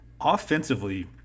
Offensively